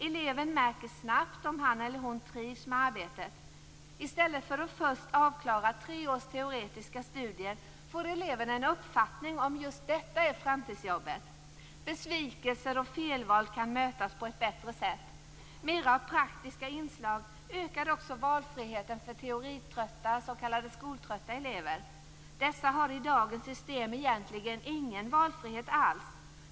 Eleven märker snabbt om han eller hon trivs med arbetet. I stället för att först avklara tre års teoretiska studier, får eleven en uppfattning om just detta är framtidsjobbet. Besvikelser och felval kan mötas på ett bättre sätt. Mer av praktiska inslag ökar också valfriheten för teoritrötta elever, s.k. skoltrötta elever. Dessa har i dagens system egentligen ingen valfrihet alls.